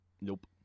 Nope